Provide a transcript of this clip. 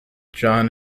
john